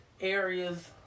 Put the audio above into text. areas